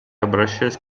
обращаюсь